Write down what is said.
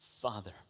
Father